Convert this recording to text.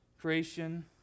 Creation